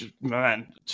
man